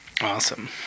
Awesome